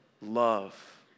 Love